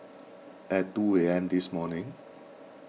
at two A M this morning